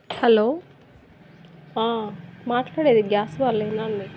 hello మాట్లాడేది gas వాళ్ళేనా అండి